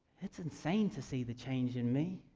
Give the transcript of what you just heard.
it's insane to see the change in me.